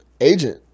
agent